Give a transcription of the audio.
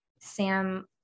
Sam